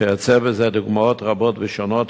וכיוצא בזה דוגמאות רבות ושונות,